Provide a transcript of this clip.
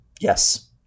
Yes